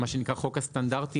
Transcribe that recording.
מה שנקרא חוק הסטנדרטים,